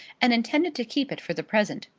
and intended to keep it for the present.